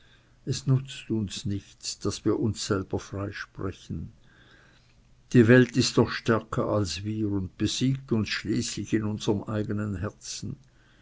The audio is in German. es nutzt uns nichts daß wir uns selber freisprechen die welt ist doch stärker als wir und besiegt uns schließlich in unserem eigenen herzen